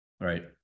right